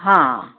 हां